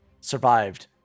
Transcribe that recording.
survived